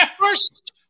first